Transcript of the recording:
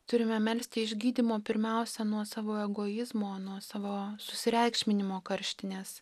turime melsti išgydymo pirmiausia nuo savo egoizmo nuo savo susireikšminimo karštinės